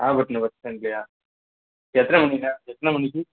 Nagapattinam bus ஸ்டாண்ட்லேயா எத்தனை மணிங்க எத்தனை மணிக்கு